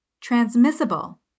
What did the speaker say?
transmissible